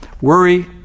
worry